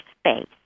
space